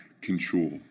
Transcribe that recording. Control